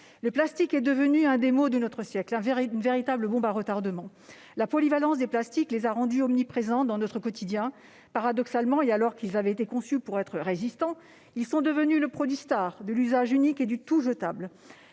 Le plastique est devenu l'un des maux de notre siècle, une véritable bombe à retardement. La polyvalence des plastiques les a rendus omniprésents dans notre quotidien. Paradoxalement, alors qu'ils avaient été conçus pour être résistants, ils sont devenus le produit star de l'usage unique et du tout jetable.